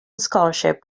scholarship